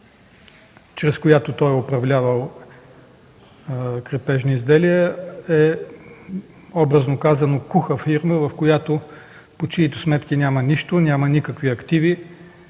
чрез която той е управлявал „Крепежни изделия”, образно казано, е куха фирма, по чиито сметки няма нищо, никакви активи.